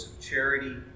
charity